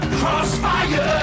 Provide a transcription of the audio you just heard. crossfire